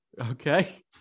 Okay